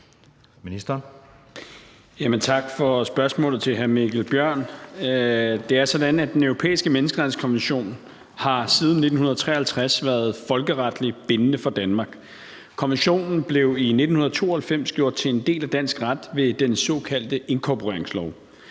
for spørgsmålet. Det er sådan, at Den Europæiske Menneskerettighedskonvention siden 1953 har været folkeretligt bindende for Danmark. Konventionen blev i 1992 gjort til en del af dansk ret ved den såkaldte inkorporeringslov.